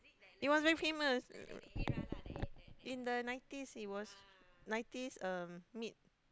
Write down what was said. it was very famous in the nineties it was nineties um mid